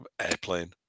Airplane